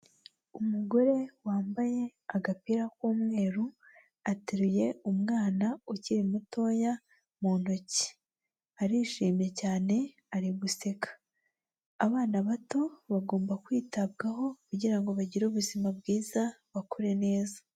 Umugore wambaye agapira k'umweru, ateruye umwana ukiri mutoya mu ntoki. Arishimye cyane, ari guseka. Abana bato bagomba kwitabwaho kugira ngo bagire ubuzima bwiza, bakure neza.